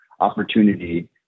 opportunity